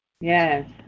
Yes